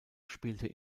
spielte